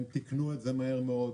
הם תיקנו את זה מהר מאוד.